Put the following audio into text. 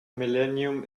millennium